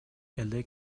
эле